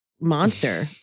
monster